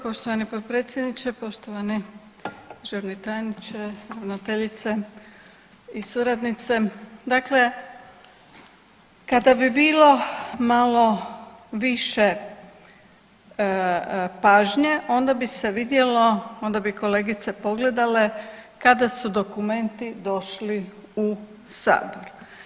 Poštovani potpredsjedniče, poštovani državni tajniče, ravnateljice i suradnice dakle kada bi bilo malo više pažnje onda bi se vidjelo, onda bi kolegice pogledale kada su dokumenti došli u Sabor.